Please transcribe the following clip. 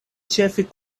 ĉefe